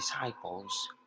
disciples